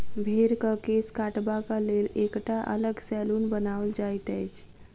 भेंड़क केश काटबाक लेल एकटा अलग सैलून बनाओल जाइत अछि